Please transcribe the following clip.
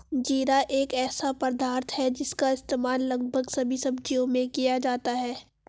जीरा एक ऐसा पदार्थ है जिसका इस्तेमाल लगभग सभी सब्जियों में किया जाता है